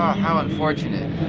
how unfortunate.